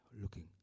looking